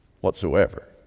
whatsoever